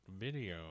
video